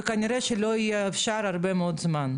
גבר באופן רשמי לא יכול לצאת,